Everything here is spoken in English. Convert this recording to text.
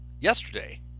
Yesterday